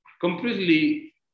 completely